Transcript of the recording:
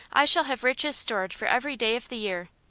i shall have riches stored for every day of the year,